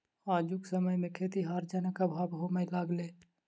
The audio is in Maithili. आजुक समय मे खेतीहर जनक अभाव होमय लगलै